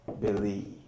believe